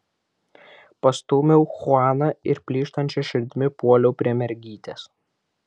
pastūmiau chuaną ir plyštančia širdimi puoliau prie mergytės